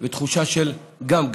וגם תחושה של גאווה,